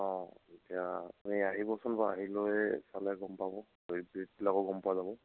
অঁ এতিয়া আপুনি আহিবচোন বাৰু আহি লৈ চালে গম পাব এই ৰেটবিলাকো গম পোৱা যাব